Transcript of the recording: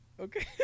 Okay